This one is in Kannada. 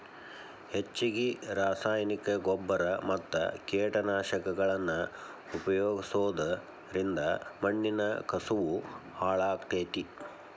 ಹೆಚ್ಚಗಿ ರಾಸಾಯನಿಕನ ಗೊಬ್ಬರ ಮತ್ತ ಕೇಟನಾಶಕಗಳನ್ನ ಉಪಯೋಗಿಸೋದರಿಂದ ಮಣ್ಣಿನ ಕಸವು ಹಾಳಾಗ್ತೇತಿ